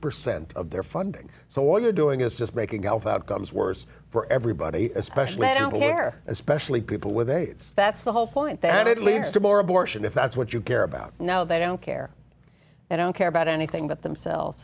percent of their funding so what they're doing is just making golf outcomes worse for everybody especially i don't care especially people with aids that's the whole point that it leads to more abortion if that's what you care about now they don't care i don't care about anything but themselves